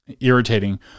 irritating